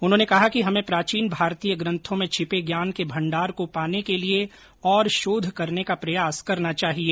उन्होंने कहा कि हमें प्राचीन भारतीय ग्रंथों में छिपे ज्ञान के भंडार को पाने के लिए और शोध करने का प्रयास करना चाहिए